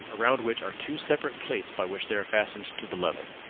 around which are two separate plates by which they were fastened to the leather.